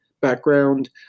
background